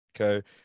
Okay